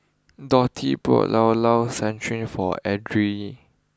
Dotty bought Llao Llao for Edrie